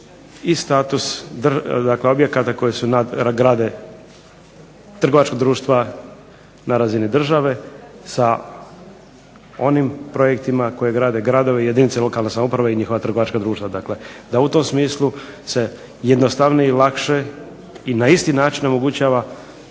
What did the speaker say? i status dakle objekata koji su grade trgovačka društva na razini države sa onim projektima koji grade gradove i jedinice lokalne samouprave i njihova trgovačka društva dakle, da u tom smislu se jednostavnije i lakše i na isti način omogućava